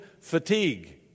fatigue